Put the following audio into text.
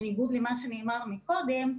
בניגוד למה שנאמר קודם,